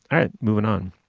all right. moving on